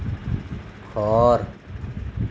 ঘৰ